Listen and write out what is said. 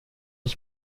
ich